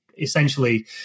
essentially